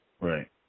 right